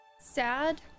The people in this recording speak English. sad